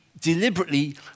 deliberately